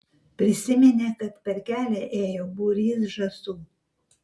prisiminė kad per kelią ėjo būrys žąsų